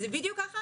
וזה בדיוק ככה.